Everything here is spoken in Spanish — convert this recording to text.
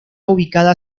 ubicado